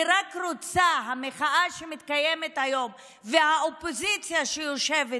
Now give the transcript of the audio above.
המחאה שמתקיימת היום והאופוזיציה שיושבת